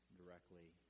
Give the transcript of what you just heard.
directly